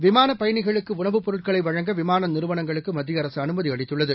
விமானப் பயணிகளுக்கு உணவுப் பொருட்களை வழங்க விமான நிறுவனங்களுக்கு மத்திய அரசு அனுமதி அளித்துள்ளது